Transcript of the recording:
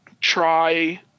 try